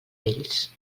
vells